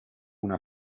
una